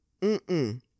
mm-mm